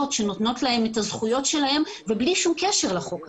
שנותנות להם את הזכויות שלהם ובלי שום קשר לחוק הזה.